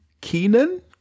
Keenan